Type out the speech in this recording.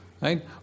right